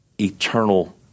eternal